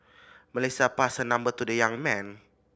Melissa passed her number to the young man